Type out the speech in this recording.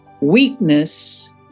weakness